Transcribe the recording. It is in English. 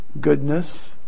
goodness